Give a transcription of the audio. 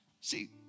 See